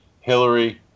Hillary